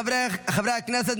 חברי הכנסת,